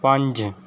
पंज